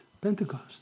Pentecost